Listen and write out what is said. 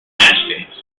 fans